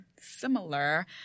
similar